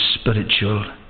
spiritual